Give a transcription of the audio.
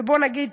ובוא נגיד,